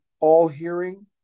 all-hearing